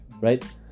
right